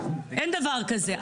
אין דבר כזה,